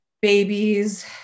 babies